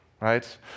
right